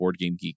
BoardGameGeek